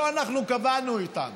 לא אנחנו קבענו אותם,